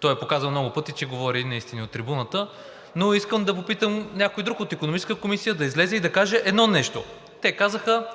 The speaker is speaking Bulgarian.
Той показа много пъти, че говори неистини от трибуната, но искам да попитам някой друг – от Икономическата комисия, да излезе и да каже едно нещо. Те казаха: